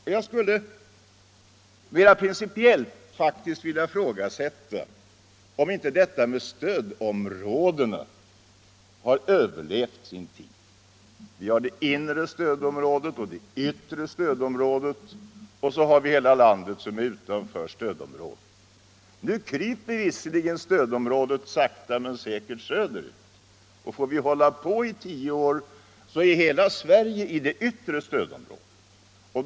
Och jag skulle mera principiellt faktiskt vilja ifrågasätta om inte detta med stödområden har överlevt sin tid. Vi har det inre stödområdet och det yttre stödområdet, och så har vi hela den del av landet som är utanför stödområdet. Nu kryper visserligen stödområdet sakta men säkert söderut, och får vi hålla på i tio år så ligger hela Sverige i det yttre stödområdet.